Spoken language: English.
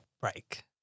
break